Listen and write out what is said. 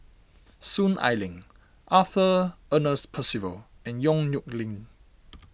Soon Ai Ling Arthur Ernest Percival and Yong Nyuk Lin